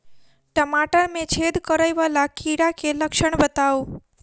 टमाटर मे छेद करै वला कीड़ा केँ लक्षण बताउ?